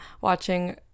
watching